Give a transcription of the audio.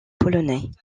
polonais